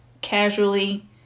casually